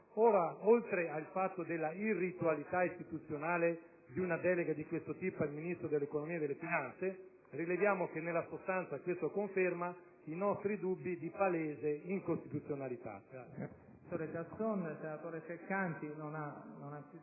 Ora, oltre alla irritualità istituzionale di una delega di questo tipo al Ministro dell'economia e delle finanze, rileviamo che nella sostanza ciò conferma i nostri dubbi di palese incostituzionalità.